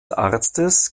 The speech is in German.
arztes